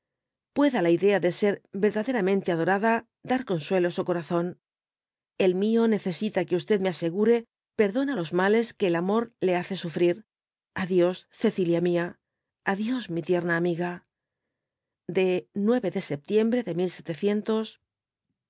pueda la idea de ser yerdaderamente adorada dar consuelo á su corazón el mío necesita que me asegure perdona los males que el amor le hace sufrir a dios cecilia mia á dios mi tierna amiga de de septiembre de